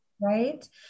Right